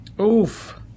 Oof